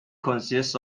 consists